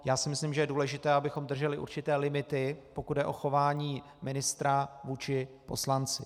Já si myslím, že je důležité, abychom drželi určité limity, pokud jde o chování ministra vůči poslanci.